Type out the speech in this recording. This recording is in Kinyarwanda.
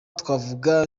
twavuga